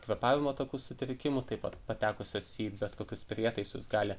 kvėpavimo takų sutrikimų taip pat patekusios į bet kokius prietaisus gali